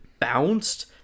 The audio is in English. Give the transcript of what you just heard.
bounced